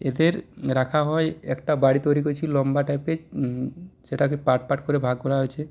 এদের রাখা হয় একটা বাড়ি তৈরি করেছি লম্বা টাইপের সেটাকে পার্ট পার্ট করে ভাগ করা হয়েছে